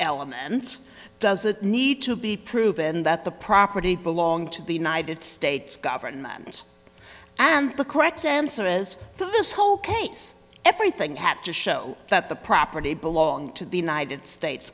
element does that need to be proven that the property belong to the united states government and the correct answer is through this whole case everything have to show that the property belonged to the united states